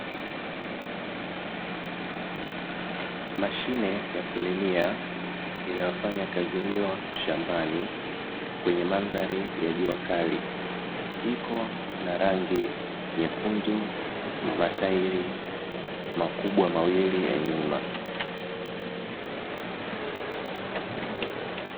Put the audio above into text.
Mashine ya kulimia inayofanya kazi hiyo shambani, kwenye mandhari ya juakali iko na rangi nyekundu na matairi makubwa mawili ya nyuma.